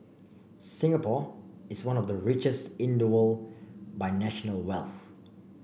Singapore is one of the richest in the world by national wealth